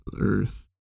Earth